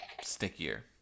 stickier